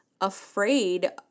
afraid